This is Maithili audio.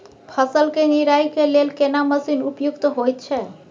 फसल के निराई के लेल केना मसीन उपयुक्त होयत छै?